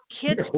kids